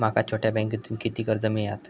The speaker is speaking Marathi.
माका छोट्या बँकेतून किती कर्ज मिळात?